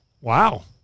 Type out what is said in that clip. Wow